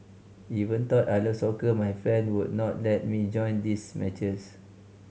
even though I love soccer my friend would not let me join their matches